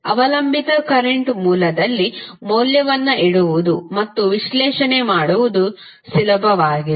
ಅವಲಂಬಿತ ಕರೆಂಟ್ ಮೂಲದಲ್ಲಿ ಮೌಲ್ಯವನ್ನು ಇಡುವುದು ಮತ್ತು ವಿಶ್ಲೇಷಣೆ ಮಾಡುವುದು ಸುಲಭವಾಗಿದೆ